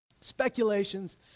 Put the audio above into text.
speculations